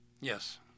Yes